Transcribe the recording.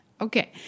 okay